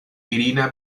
virina